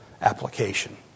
application